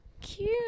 cute